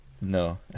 No